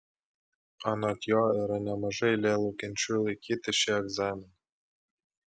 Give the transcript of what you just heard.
anot jo yra nemaža eilė laukiančiųjų laikyti šį egzaminą